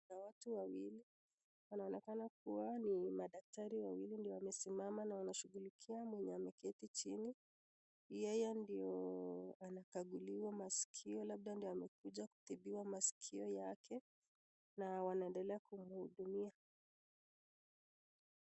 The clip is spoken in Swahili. Kuna watu wawili wanaonekana kuwa ni madaktari wawili na wamesimama na wanashughulikia mwenye ameketi chini yeye ndo anakaguliwa maskio labda ndo amekuja kutibiwa maskio yake na wanaendelea kumhudumia.